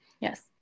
Yes